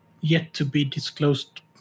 yet-to-be-disclosed